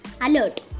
Alert